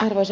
arvoisa puhemies